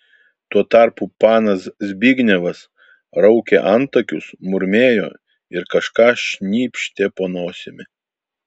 tuo tarpu panas zbignevas raukė antakius murmėjo ir kažką šnypštė po nosimi